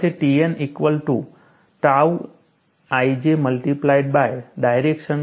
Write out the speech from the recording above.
આપણી પાસે Tn equal to tau ij multiplied by direction cosine vector n છે